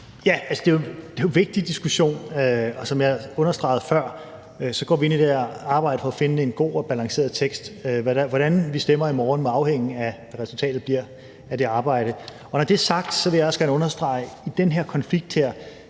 Det er jo en vigtig diskussion, og som jeg understregede før, går vi ind i det her arbejde for at finde en god og balanceret tekst. Hvordan vi stemmer i morgen, må afhænge af, hvad resultatet bliver af det arbejde. Når det er sagt, vil jeg også gerne understrege i forhold til den her konflikt,